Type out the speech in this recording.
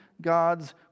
God's